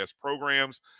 programs